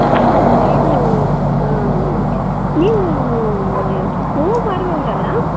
ಇದೂ ನೀವೂ ಮ ಹೂ ಮಾರುವವರಲ್ಲ